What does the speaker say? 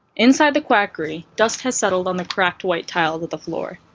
inside the quackery, dust has settled on the cracked white tiles of the floor,